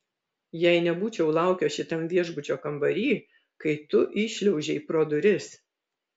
jei nebūčiau laukęs šitam viešbučio kambary kai tu įšliaužei pro duris